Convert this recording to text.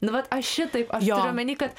nu vat aš šitaip aš turiu omeny kad